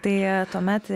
tai tuomet